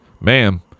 ma'am